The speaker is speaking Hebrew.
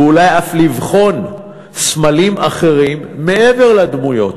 ואולי אף לבחון סמלים אחרים, מעבר לדמויות,